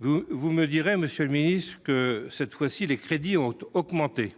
vous, vous me direz, monsieur le Ministre, que cette fois-ci les crédits ont augmenté,